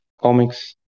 comics